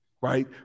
right